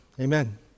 Amen